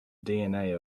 dna